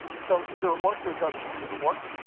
so either it works or it doesn't work. does it work?